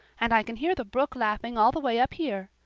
and i can hear the brook laughing all the way up here.